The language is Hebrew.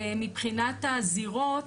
ומבחינת הזירות,